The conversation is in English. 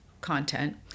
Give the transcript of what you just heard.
content